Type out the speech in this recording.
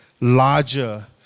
larger